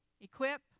equip